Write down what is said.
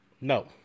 No